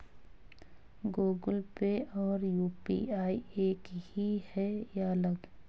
Google Pay और UPI एक ही है या अलग?